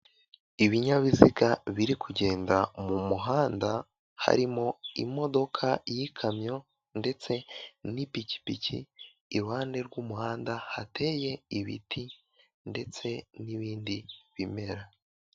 Ibinyabiziga biri kugenda mu muhanda, harimo imodoka y'ikamyo ndetse n'ipikipiki, iruhande rw'umuhanda hateye ibiti ndetse n'ibindi bimera.